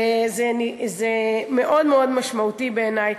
זה מאוד מאוד משמעותי בעיני.